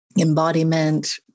embodiment